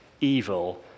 evil